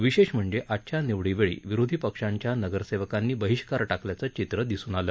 विशेष म्हणजे आजच्या निवडीवेळी विरोधी पक्षाच्या नगरसेवकांनी बहिष्कार टाकल्याचं चित्र दिसून आलं